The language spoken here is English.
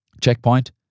checkpoint